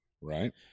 Right